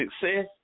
success